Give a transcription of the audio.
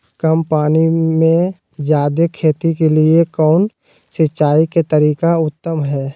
कम पानी में जयादे खेती के लिए कौन सिंचाई के तरीका उत्तम है?